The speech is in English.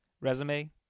resume